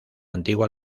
antigua